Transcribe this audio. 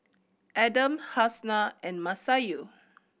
Adam Hafsa and Masayu